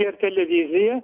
ir televizija